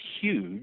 huge